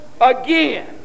again